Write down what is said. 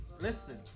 Listen